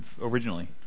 originally